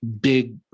big